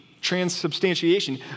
transubstantiation